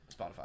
spotify